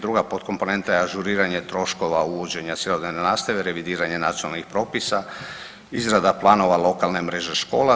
Druga potkomponenta je ažuriranje troškova uvođenja cjelodnevne nastave, revidiranje nacionalnih propisa, izrada planova lokalne mreže škola.